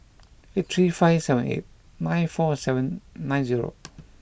three five seven eight nine four nine zero